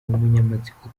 umunyamatsiko